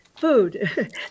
food